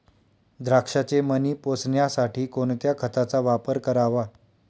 द्राक्षाचे मणी पोसण्यासाठी कोणत्या खताचा वापर करावा?